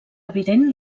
evident